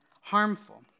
harmful